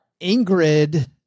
Ingrid